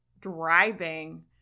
driving